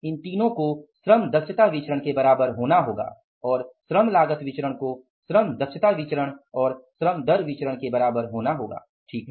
इन तीनो को श्रम दक्षता विचरण के बराबर होना होगा और श्रम लागत विचरण को श्रम दक्षता विचरण और श्रम दर विचरण के बराबर होना होगा ठीक है